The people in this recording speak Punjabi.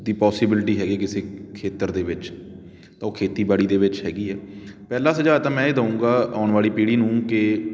ਦੀ ਪੋਸੀਬਿਲੀਟੀ ਹੈਗੀ ਕਿਸੇ ਖੇਤਰ ਦੇ ਵਿੱਚ ਤਾਂ ਉਹ ਖੇਤੀਬਾੜੀ ਦੇ ਵਿੱਚ ਹੈਗੀ ਆ ਪਹਿਲਾ ਸੁਝਾਅ ਤਾਂ ਮੈਂ ਇਹ ਦਉਗਾ ਆਉਣ ਵਾਲੀ ਪੀੜੀ ਨੂੰ ਕਿ